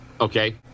Okay